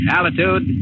Altitude